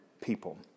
people